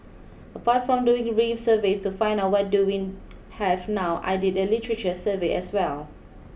apart from doing reef surveys to find out what do we have now I did a literature survey as well